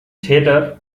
theater